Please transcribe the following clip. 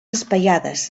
espaiades